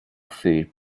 food